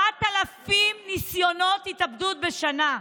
7,000 ניסיונות התאבדות בשנה,